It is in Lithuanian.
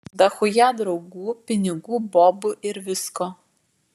dachuja draugų pinigų bobų ir visko